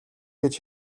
гэж